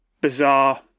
bizarre